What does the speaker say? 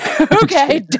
Okay